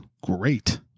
great